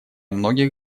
многих